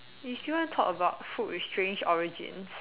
you still want talk about food with strange origins